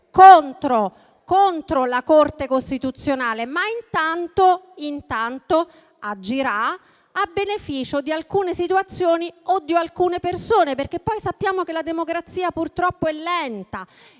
contro la Corte costituzionale, ma intanto agirà a beneficio di alcune situazioni o di alcune persone. Perché poi sappiamo che la democrazia, purtroppo, è lenta